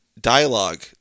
Dialogue